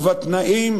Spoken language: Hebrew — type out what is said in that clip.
ובתנאים